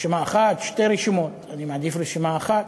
רשימה אחת, שתי רשימות, אני מעדיף רשימה אחת,